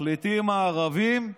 מחליטים הערבים: